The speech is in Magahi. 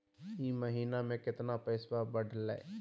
ई महीना मे कतना पैसवा बढ़लेया?